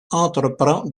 entreprend